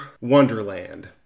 wonderland